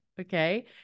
Okay